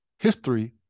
history